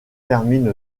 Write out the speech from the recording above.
terminent